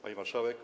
Pani Marszałek!